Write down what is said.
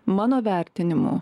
mano vertinimu